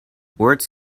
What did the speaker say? words